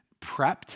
prepped